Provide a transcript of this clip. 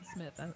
Smith